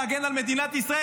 להגן על מדינת ישראל.